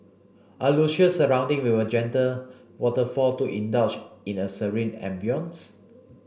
a luscious surrounding a gentle waterfall to indulge in a serene ambience